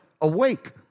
awake